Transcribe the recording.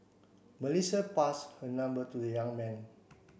Melissa pass her number to the young man